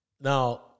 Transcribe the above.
Now